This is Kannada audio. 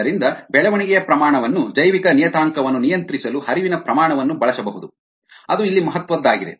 ಆದ್ದರಿಂದ ಬೆಳವಣಿಗೆಯ ರೇಟ್ ಅನ್ನು ಜೈವಿಕ ನಿಯತಾಂಕವನ್ನು ನಿಯಂತ್ರಿಸಲು ಹರಿವಿನ ಪ್ರಮಾಣವನ್ನು ಬಳಸಬಹುದು ಅದು ಇಲ್ಲಿ ಮಹತ್ವದ್ದಾಗಿದೆ